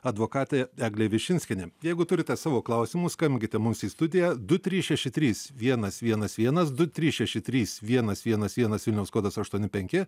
advokatė eglė višinskienė jeigu turite savo klausimų skambinkite mums į studiją du trys šeši trys vienas vienas vienas du trys šeši trys vienas vienas vienas vilniaus kodas aštuoni penki